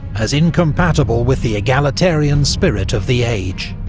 as incompatible with the egalitarian spirit of the age.